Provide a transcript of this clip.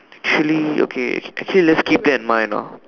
actually okay actually let's keep that in mind ah